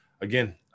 again